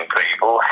people